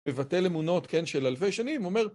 מבטל אמונות, כן? של אלפי שנים אומר